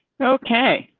okay,